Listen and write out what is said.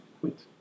quit